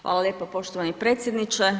Hvala lijepa poštovani predsjedniče.